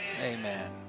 Amen